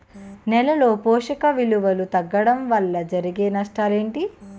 నేలలో పోషక విలువలు తగ్గడం వల్ల జరిగే నష్టాలేంటి?